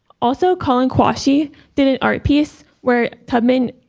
also colin quashie did an art piece where tubman,